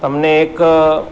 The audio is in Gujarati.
તમને એક